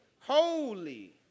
holy